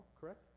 Correct